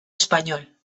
español